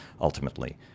ultimately